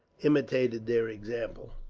imitated their example.